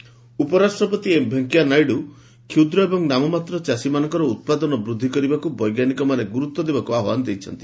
Naidu farmers ଉପରାଷ୍ଟ୍ରପତି M Venkaiah Naidu କ୍ଷୁଦ୍ର ଏବଂ ନାମମାତ୍ର ଚାଷୀମାନଙ୍କର ଉତ୍ପାଦନ ବୃଦ୍ଧି କରିବାକୁ ବୈଜ୍ଞାନିକମାନେ ଗୁରୁତ୍ୱ ଦେବାକୁ ଆହ୍ୱାନ କରିଛନ୍ତି